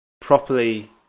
properly